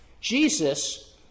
Jesus